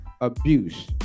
abuse